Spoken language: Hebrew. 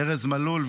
ארז מלול,